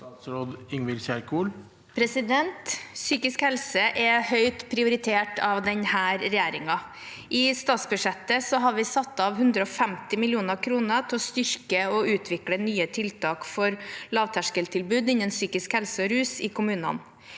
Psykisk helse er høyt prioritert av denne regjeringen. I statsbudsjettet har vi satt av 150 mill. kr til å styrke og utvikle nye tiltak for lavterskeltilbud innen psykisk helse og rus i kommunene.